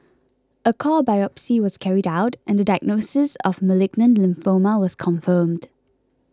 a core biopsy was carried out and the diagnosis of malignant lymphoma was confirmed